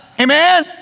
amen